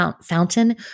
fountain